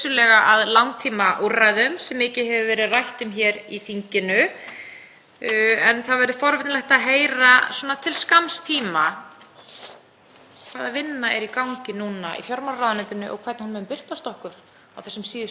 skamms tíma er í gangi núna í fjármálaráðuneytinu og hvernig hún mun birtast okkur á þessum síðustu vikum þingsins.